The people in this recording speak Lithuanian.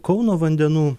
kauno vandenų